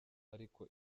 ariko